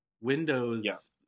windows